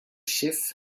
schiff